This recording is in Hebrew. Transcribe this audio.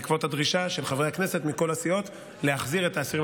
בעקבות הדרישה של חברי הכנסת מכל הסיעות להחזיר את האסירים